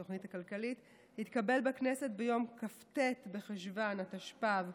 התקבל בכנסת ביום כ"ט בחשוון התשפ"ב,